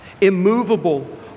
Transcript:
immovable